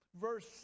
Verse